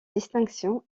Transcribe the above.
distinction